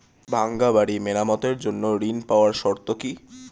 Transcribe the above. ভাঙ্গা বাড়ি মেরামতের জন্য ঋণ পাওয়ার শর্ত কি?